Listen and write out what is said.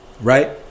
right